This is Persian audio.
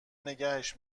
نگهش